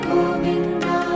Govinda